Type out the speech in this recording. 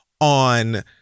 on